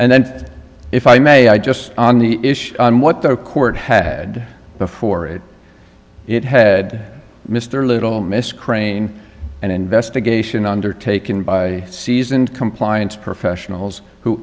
and then if i may i just on the issue on what the court had before it it had mr little miss crane and investigation undertaken by seasoned compliance professionals who